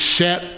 set